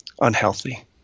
unhealthy